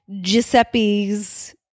Giuseppe's